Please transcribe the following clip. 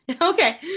okay